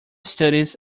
studies